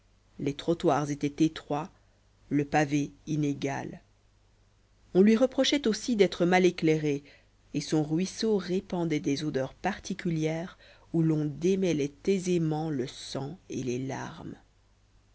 les trottoirs étaient étroits le pavé inégal on lui reprochait aussi d'être mal éclairée et son ruisseau répandait des odeurs particulières où l'on démêlait aisément le sang et les larmes